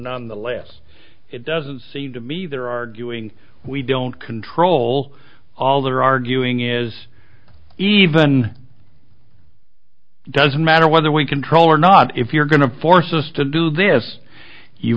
nonetheless it doesn't seem to me they're arguing we don't control all they're arguing is even doesn't matter whether we control or not if you're going to force us to do this you